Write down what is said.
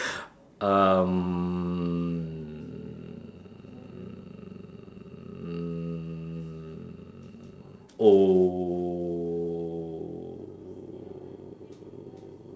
um old